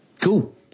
Cool